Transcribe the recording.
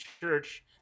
church